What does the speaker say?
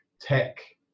tech